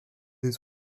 his